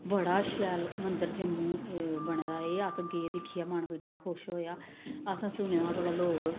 बड़ा शैल मंदर जम्मू बने दा ऐ अस गे दिक्खियै मन इन्ना खुश होएआ असें सुने दा हा भला लोग